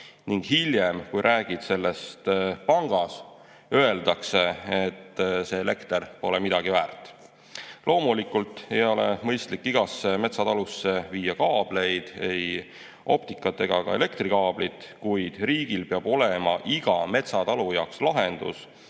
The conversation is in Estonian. Ning hiljem, kui räägid sellest pangas, öeldakse, et see elekter pole midagi väärt. Loomulikult ei ole mõistlik igasse metsatalusse viia kaablit, ei optilist ega ka elektrikaablit, kuid riigil peab olema iga metsatalu jaoks lahendus,